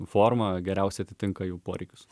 forma geriausiai atitinka jų poreikius